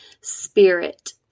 spirit